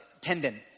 tendon